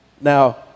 Now